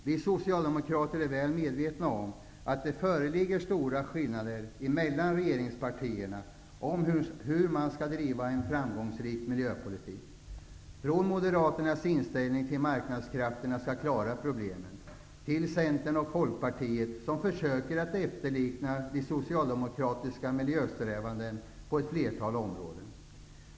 Vi socialdemokrater är väl medvetna om att det föreligger stora skillnader mellan regeringspartierna om hur man skall driva en framgångsrik miljöpolitik. Vi har alltifrån Moderaternas inställning att marknadskrafterna skall klara problemen, till Centerns och Folkpartiets som försöker efterlikna de socialdemokratiska miljösträvandena på ett flertal områden.